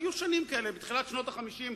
היו שנים כאלה בתחילת שנות ה-50,